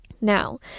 Now